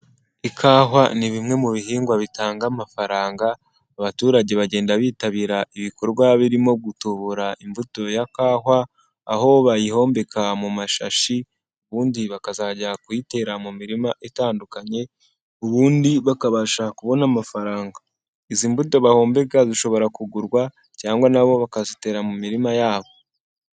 Ikawa ni bimwe mu bihingwa bitanga amafaranga, abaturage bagenda bitabira ibikorwa birimo gutubura imbuto ya kawa, aho bayihombeka mu mashashi ubundi bakazajya kuyitera mu mirima itandukanye, ubundi bakabasha kubona amafaranga. Izi mbuto bahombeka zishobora kugurwa, cyangwa nabo bakazitera mu mirima yabo.